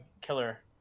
killer